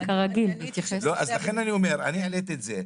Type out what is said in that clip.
אז לכן אני אומר, אני העליתי את זה.